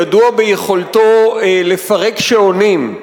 ידוע ביכולתו לפרק שעונים,